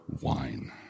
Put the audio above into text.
wine